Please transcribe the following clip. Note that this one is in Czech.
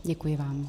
Děkuji vám.